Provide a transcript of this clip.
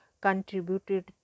contributed